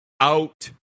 out-